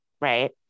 Right